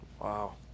Wow